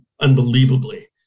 unbelievably